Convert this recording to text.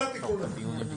כל התיקון הזה.